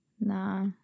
nah